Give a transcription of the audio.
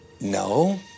No